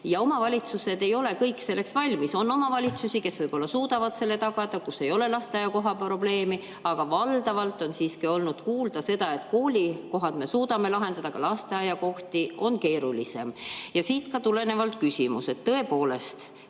Omavalitsused ei ole kõik selleks valmis. On omavalitsusi, kes võib-olla suudavad selle tagada, kus ei ole lasteaiakoha probleemi, aga valdavalt on siiski olnud kuulda seda, et koolikohad me suudame lahendada, aga lasteaiakohtadega on keerulisem. Ja siit tuleneb ka minu küsimus. Tõepoolest,